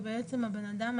--- שבהם השכר הממוצע הוקפא.